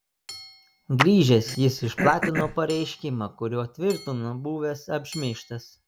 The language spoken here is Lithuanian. grįžęs jis išplatino pareiškimą kuriuo tvirtino buvęs apšmeižtas